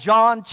John